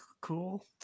cool